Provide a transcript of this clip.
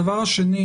הדבר השני,